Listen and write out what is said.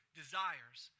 desires